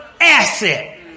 asset